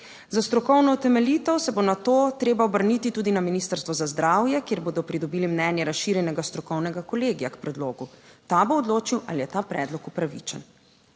Za strokovno utemeljitev se bo na to treba obrniti tudi na Ministrstvo za zdravje, kjer bodo pridobili mnenje razširjenega strokovnega kolegija k predlogu; ta bo odločil, ali je ta predlog upravičen.